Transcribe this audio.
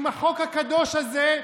עם החוק הקדוש הזה,